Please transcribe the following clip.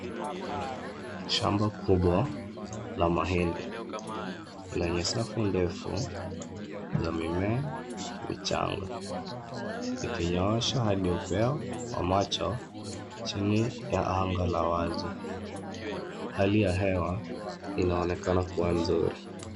Shamba kubwa la mahindi lenye safu ndefu za mimea michanga. Ikinyoosha hadi upeo wa macho chini ya anga la wazi. Hali ya hewa inaonekana kuwa nzuri.